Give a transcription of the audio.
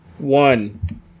one